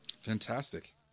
Fantastic